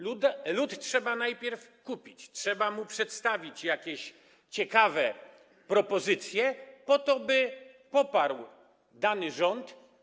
Lud trzeba najpierw kupić, trzeba mu przedstawić jakieś ciekawe propozycje po to, by poparł dany rząd.